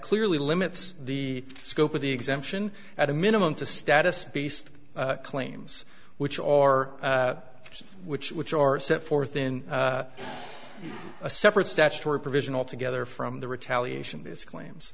clearly limits the scope of the exemption at a minimum to status based claims which are which which are set forth in a separate statutory provision altogether from the retaliation claims